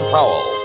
Powell